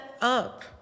up